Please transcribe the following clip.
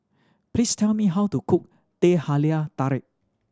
please tell me how to cook Teh Halia Tarik